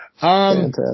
Fantastic